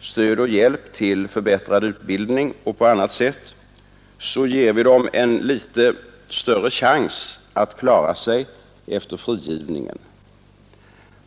stöd och hjälp till förbättrad utbildning och annat får dessa människor en något större chans att klara sig efter frigivningen.